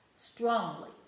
strongly